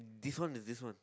this one and this one